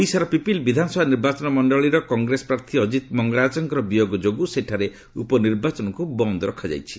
ଓଡ଼ିଶାର ପିପିଲି ବିଧାନସଭା ନିର୍ବାଚନମଣ୍ଡଳୀର କଂଗ୍ରେସ ପ୍ରାର୍ଥୀ ଅଜିତ ମଙ୍ଗରାଜଙ୍କର ବିୟୋଗ ଯୋଗୁଁ ସେଠାରେ ଉପ ନିର୍ବାଚନକୁ ବନ୍ଦ ରଖାଯାଇଛି